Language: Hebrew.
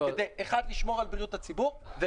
אחד לשמור על בריאות הציבור,